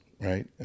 right